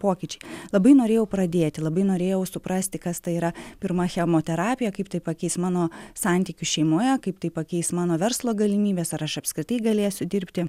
pokyčiai labai norėjau pradėti labai norėjau suprasti kas tai yra pirma chemoterapija kaip tai pakeis mano santykius šeimoje kaip tai pakeis mano verslo galimybes ar aš apskritai galėsiu dirbti